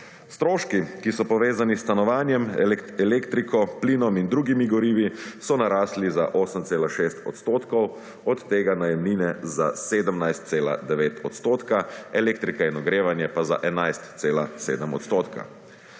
Stroški, ki so povezani s stanovanjem, elektriko, plinom in drugimi gorivi so narasli za 8,6 %, od tega najemnina za 17,9 %, elektrika in ogrevanje pa za 11,7 %.